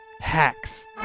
Hacks